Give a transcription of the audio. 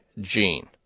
gene